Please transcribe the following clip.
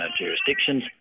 jurisdictions